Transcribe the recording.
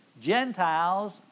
Gentiles